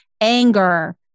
anger